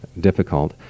difficult